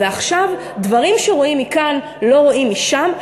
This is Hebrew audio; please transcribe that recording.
ועכשיו דברים שרואים מכאן לא רואים משם.